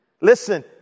Listen